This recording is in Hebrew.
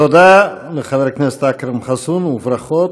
תודה לחבר הכנסת אכרם חסון, וברכות.